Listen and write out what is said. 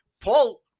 Paul